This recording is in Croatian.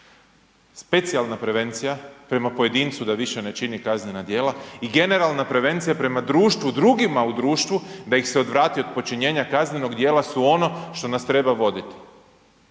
specijalna prevencija prema pojedincu da više ne čini kaznena djela i generalna prevencija prema društvu drugima u društvu da ih se odvrati od počinjenja kaznenog djela su ono što nas treba voditi.